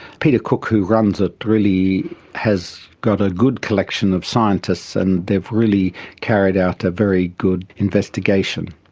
peter cook, who runs it, really has got a good collection of scientists and they've really carried out a very good investigation.